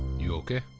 you okay?